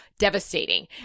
Devastating